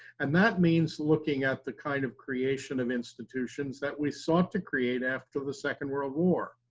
and that means looking at the kind of creation of institutions that we sought to create after the second world war.